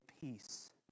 peace